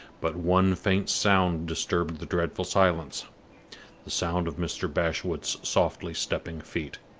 but one faint sound disturbed the dreadful silence the sound of mr. bashwood's softly stepping feet.